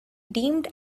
dimmed